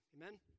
Amen